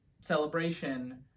celebration